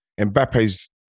Mbappe's